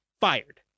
fired